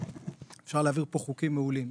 אפשר להעביר פה חוקים מעולים,